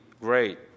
great